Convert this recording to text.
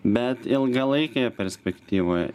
bet ilgalaikėje perspektyvoje